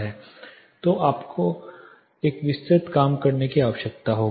तो आपको एक विस्तृत काम करने की आवश्यकता होगी